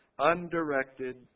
Undirected